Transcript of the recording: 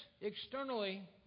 externally